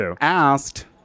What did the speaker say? asked